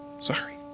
Sorry